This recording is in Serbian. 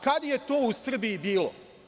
Kada je to u Srbiji bilo?